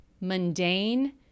mundane